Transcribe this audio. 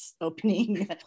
opening